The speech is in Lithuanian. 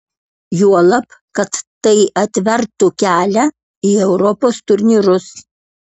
juolab kad tai atvertų kelią į europos turnyrus